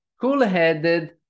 Cool-headed